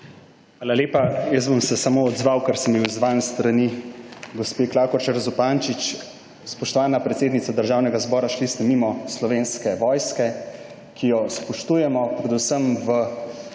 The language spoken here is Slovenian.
Hvala lepa. Jaz se bom samo odzval, ker sem bi, izzvan s strani gospe Klakočar Zupančič. Spoštovana predsednica državnega zbora, šli ste mimo Slovenske vojske, ki jo spoštujemo, predvsem v